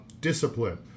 discipline